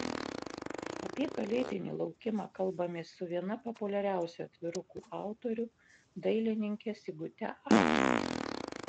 apie kalėdinį laukimą kalbamės su viena populiariausių atvirukų autorių dailininke sigute ach